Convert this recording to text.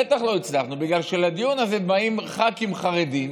בטח לא הצלחנו, בגלל שלדיון הזה באים ח"כים חרדים